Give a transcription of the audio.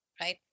right